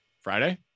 Friday